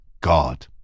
God